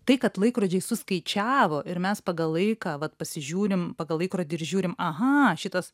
tai kad laikrodžiai suskaičiavo ir mes pagal laiką vat pasižiūrim pagal laikrodį ir žiūrim aha šitas